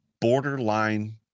borderline